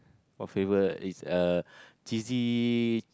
what flavor is a cheesy